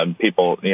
people